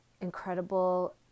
incredible